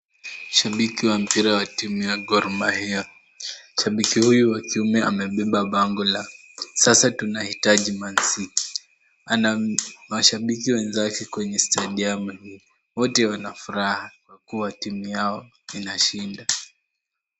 Shabiki wa mpira wa timu ya Gor Mahia. Shabiki huyu wa kiume amebeba bango la sasa tunahitaji Mancity. Ana mashabiki wenzake kwenye stadiamu . Wote wanafuraha kwa kuwa timu yao inashinda.